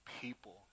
people